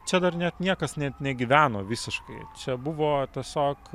čia dar net niekas net negyveno visiškai čia buvo tiesiog